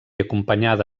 acompanyada